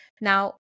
now